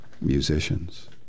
musicians